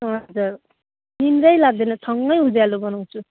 हजुर निद्रा लाग्दैन छङ्ङ उज्यालो बनाउँछु